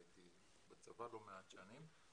הייתי בצבא לא מעט שנים.